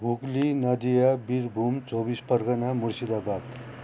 Hooghly Nadia Birbhum Chaubis Pargana Murshidabad